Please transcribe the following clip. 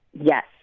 Yes